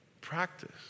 practice